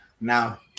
now